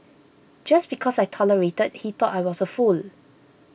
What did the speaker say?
just because I tolerated he thought I was a fool